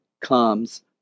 comes